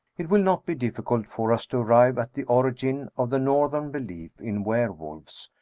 it will not be difficult for us to arrive at the origin of the northern belief in were wolves,